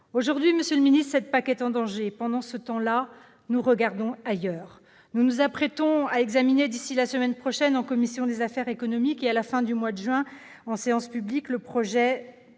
Aujourd'hui, monsieur le ministre, alors que cette PAC est en danger, nous regardons ailleurs. Nous nous apprêtons à examiner, d'ici à la semaine prochaine en commission des affaires économiques, et à la fin du mois de juin en séance publique, le projet